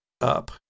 up